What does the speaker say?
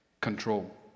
control